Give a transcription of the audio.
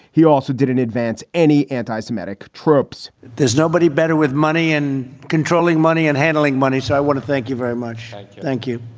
he also did an advance any anti-semitic trips there's nobody better with money in controlling money and handling money. so i want to thank you very much like thank you.